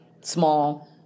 small